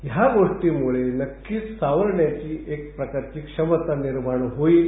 या गोष्टीमुळे नक्कीच सावरण्याची एक प्रकारची क्षमता निर्माण होईल